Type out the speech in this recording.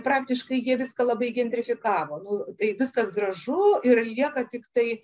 praktiškai jie viską labai gentrifikavo nu tai viskas gražu ir lieka tiktai